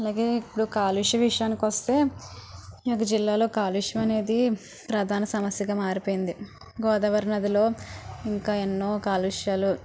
అలాగే ఇప్పుడు కాలుష్య విషయానికొస్తే ఈ యొక్క జిల్లాలో కాలుష్యమనేది ప్రధాన సమస్యగా మారిపోయింది గోదావరి నదిలో ఇంకా ఎన్నో కాలుష్యాలు